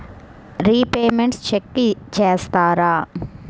Repayments check చేస్తారా?